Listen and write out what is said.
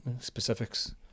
specifics